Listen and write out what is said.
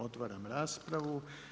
Otvaram raspravu.